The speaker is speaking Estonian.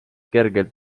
kergelt